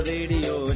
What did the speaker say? Radio